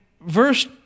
verse